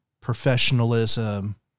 professionalism